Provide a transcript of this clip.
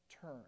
turn